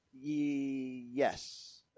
Yes